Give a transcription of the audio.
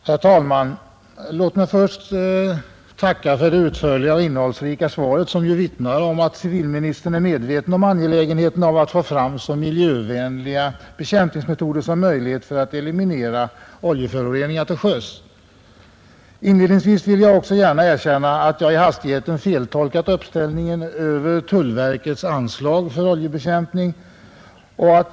Herr talman! Låt mig först tacka för det utförliga och innehållsrika svaret, som ju vittnar om att civilministern är medveten om angelägenheten av att få fram så miljövänliga bekämpningsmetoder som möjligt för att eliminera oljeföroreningar till sjöss. Inledningsvis vill jag också gärna erkänna, att jag i hastigheten har feltolkat uppställningen över tullverkets anslag för oljebekämpning.